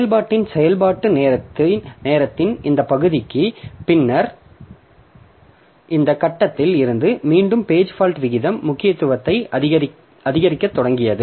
செயல்பாட்டின் செயல்பாட்டு நேரத்தின் இந்த பகுதிக்கு பின்னர் இந்த கட்டத்தில் இருந்து மீண்டும் பேஜ் ஃபால்ட் விகிதம் முக்கியத்துவத்தை அதிகரிக்கத் தொடங்கியது